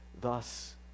thus